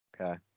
Okay